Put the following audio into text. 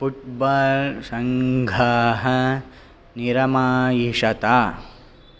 football सङ्घाः निरमायिषत